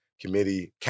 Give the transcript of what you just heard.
Committee